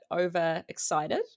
overexcited